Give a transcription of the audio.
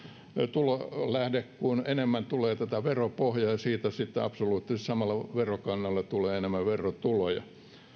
tulolähde kun enemmän tulee tätä veropohjaa ja siitä sitten absoluuttisesti samalla verokannalla tulee enemmän verotuloja